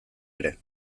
ere